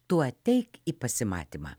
tu ateik į pasimatymą